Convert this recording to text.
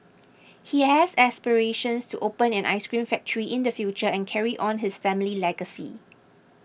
he has aspirations to open an ice cream factory in the future and carry on his family legacy